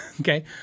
okay